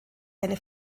eine